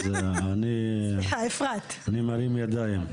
אז אני מרים ידיים.